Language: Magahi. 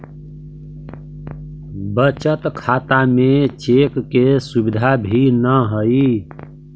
बचत खाता में चेक के सुविधा भी न हइ